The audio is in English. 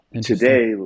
today